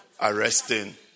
arresting